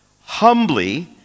Humbly